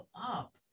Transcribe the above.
up